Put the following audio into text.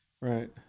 right